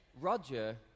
Roger